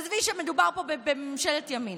עזבי שמדובר פה בממשלת ימין.